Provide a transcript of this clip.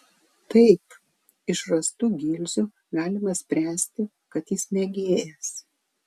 taip iš rastų gilzių galima spręsti kad jis mėgėjas